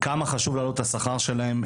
כמה חשוב לעלות את השכר שלהם,